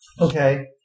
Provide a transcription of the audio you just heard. Okay